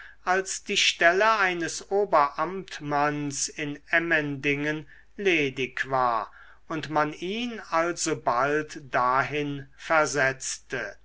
als die stelle eines oberamtmanns in emmendingen ledig ward und man ihn alsobald dahin versetzte